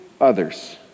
others